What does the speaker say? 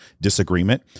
disagreement